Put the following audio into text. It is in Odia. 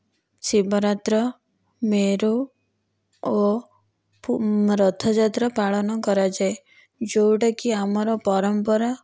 ଶିବରାତ୍ର ମେରୁ ଓ ରଥଯାତ୍ରା ପାଳନ କରାଯାଏ ଯେଉଁଟା କି ଆମର ପରମ୍ପରା